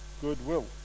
goodwill